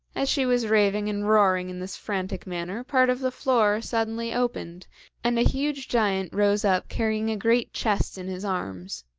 as she was raving and roaring in this frantic manner part of the floor suddenly opened and a huge giant rose up carrying a great chest in his arms.